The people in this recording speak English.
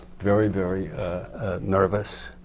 very, very nervous.